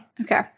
Okay